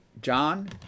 John